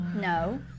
No